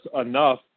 enough